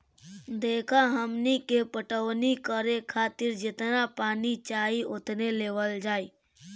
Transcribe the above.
देखऽ हमनी के पटवनी करे खातिर जेतना पानी चाही ओतने लेवल जाई